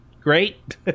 Great